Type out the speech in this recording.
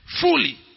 fully